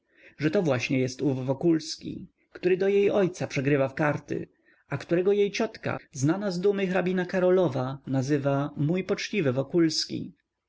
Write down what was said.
że to właśnie jest ów wokulski który do jej ojca przegrywa w karty a którego jej ciotka znana z dumy hrabina karolowa nazywa mój poczciwy wokulski